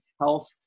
health